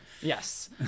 Yes